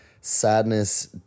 Sadness